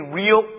real